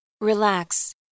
Relax